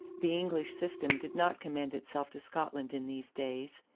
the english system did not commend itself to scotland in these days.